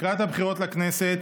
לקראת הבחירות לכנסת